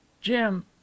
Jim